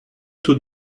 tout